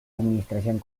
administración